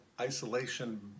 isolation